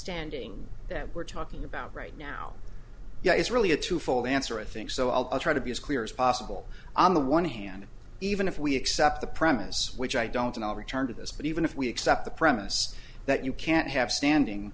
standing that we're talking about right now yeah it's really a twofold answer i think so i'll try to be as clear as possible on the one hand even if we accept the premise which i don't and i'll return to this but even if we accept the premise that you can't have standing